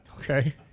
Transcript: okay